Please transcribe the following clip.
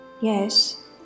Yes